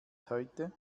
heute